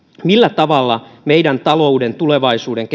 millä tavalla meidän talouden tulevaisuuden